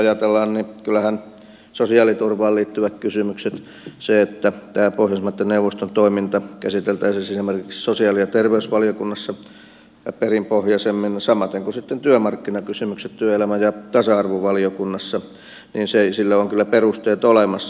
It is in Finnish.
ja jos ajatellaan sosiaaliturvaan liittyviä kysymyksiä niin kyllähän sille että tämä pohjoismaitten neuvoston toiminta käsiteltäisiin esimerkiksi sosiaali ja terveysvaliokunnassa perinpohjaisemmin samaten kuin työmarkkinakysymykset työelämä ja tasa arvovaliokunnassa on perusteet olemassa